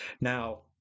Now